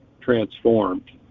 transformed